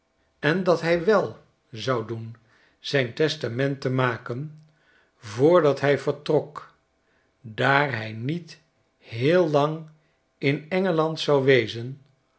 en dat hij wel zou doen zijn testament te maken voordat hij vertrok daar hij niet heel lang in engeland zou wezen